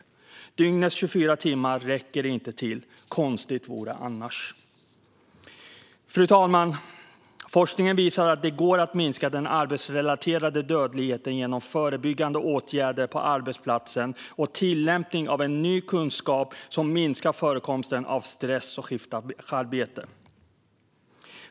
Dygnets 24 timmar räcker inte till - konstigt vore det annars. Fru talman! Forskningen visar att det går att minska den arbetsrelaterade dödligheten genom förebyggande åtgärder på arbetsplatsen och tillämpning av ny kunskap som minskar förekomsten av stress och skiftarbete.